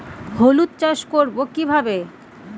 হলুদ চাষ করব কিভাবে?